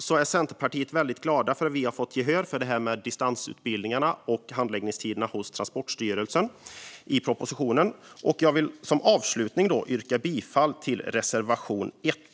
Vi i Centerpartiet är väldigt glada över att vi har fått gehör för detta med distansutbildningarna och handläggningstiderna hos Transportstyrelsen i propositionen. Som avslutning yrkar jag bifall till reservation 1.